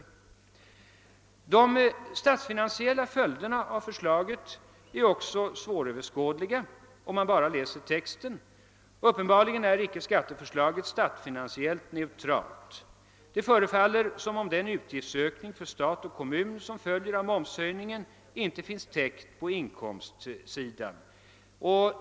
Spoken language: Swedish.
De statsfinansiella följderna av förslaget är också svåröverskådliga. Uppenbarligen är icke skatteförslaget statsfinansiellt neutralt. Det förefaller som om den utgiftsökning för stat och kommun som följer av momshöjningen inte finns täckt på inkomstsidan.